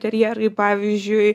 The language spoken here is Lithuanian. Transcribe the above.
terjerai pavyzdžiui